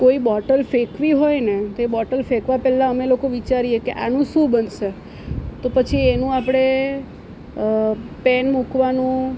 કોઈ બોટલ ફેંકવી હોય ને તો એ બોટલ ફેંકવા પહેલાં અમે વિચારીએ કે આનું શું બનશે તો પછી એનું આપણે પેન મૂકવાનું